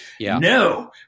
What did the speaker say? no